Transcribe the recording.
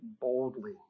boldly